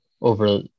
over